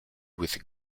with